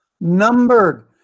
numbered